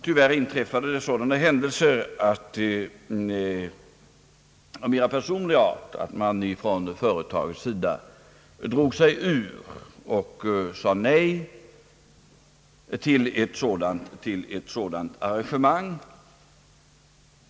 Tyvärr inträffade sådana händelser av mera personlig art att företaget drog sig ur och sade nej till ett sådant arrangemang.